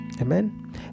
Amen